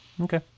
Okay